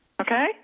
okay